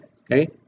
okay